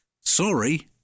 Sorry